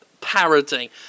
parody